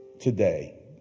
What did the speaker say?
today